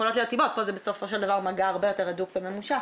פה זה בסופו של דבר מגע הרבה יותר הדוק וממושך,